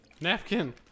Napkin